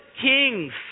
kings